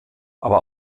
aber